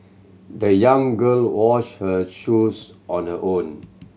the young girl washed her shoes on her own